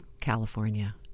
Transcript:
California